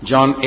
John